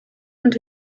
und